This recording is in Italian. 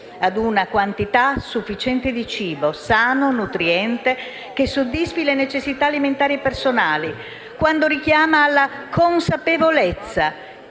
ad una quantità sufficiente di cibo, sano e nutriente, che soddisfi le necessità alimentari personali; quando richiama alla consapevolezza